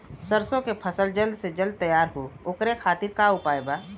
सरसो के फसल जल्द से जल्द तैयार हो ओकरे खातीर का उपाय बा?